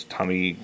Tommy